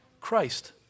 Christ